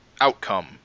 outcome